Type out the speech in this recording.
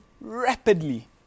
rapidly